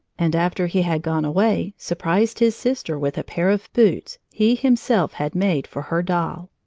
and after he had gone away surprised his sister with a pair of boots he himself had made for her doll.